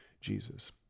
Jesus